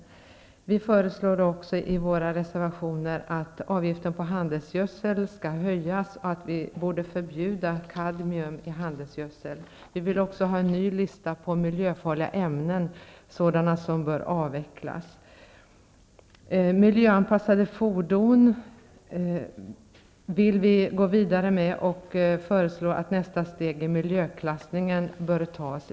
Vi föreslår också i våra reservationer att avgiften på handelsgödsel höjs och att vi borde förbjuda kadmium i handelsgödsel. Vi vill också ha en ny lista på miljöfarliga ämnen, sådana som bör avvecklas. Vi vill gå vidare med miljöanpassade fordon. Vi föreslår att nästa steg i miljöklassningen bör tas.